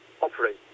operate